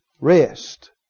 Rest